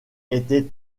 était